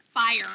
fire